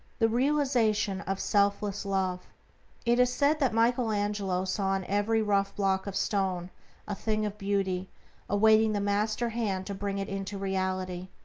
the realization of selfless love it is said that michael angelo saw in every rough block of stone a thing of beauty awaiting the master-hand to bring it into reality.